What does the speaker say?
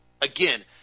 again